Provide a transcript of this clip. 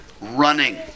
running